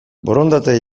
borondatea